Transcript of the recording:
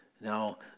Now